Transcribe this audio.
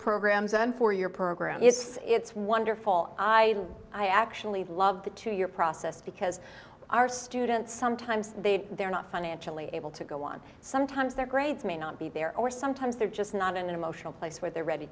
programs and for your program is it's one her fall i i actually love the two year process because our students sometimes they're not financially able to go on sometimes their grades may not be there or sometimes they're just not in an emotional place where they're ready